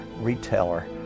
retailer